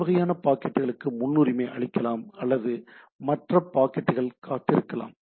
இந்த வகையான பாக்கெட்டுகளுக்கு முன்னுரிமை அளிக்கலாம் அல்லது மற்ற பாக்கெட்டுகள் காத்திருக்கலாம்